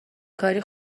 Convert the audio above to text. کاری